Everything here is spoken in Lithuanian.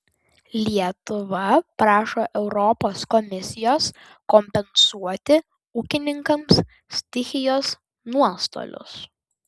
lietuva prašo europos komisijos kompensuoti ūkininkams stichijos nuostolius